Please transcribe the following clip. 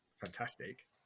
fantastic